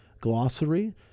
glossary